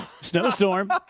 snowstorm